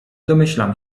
domyślam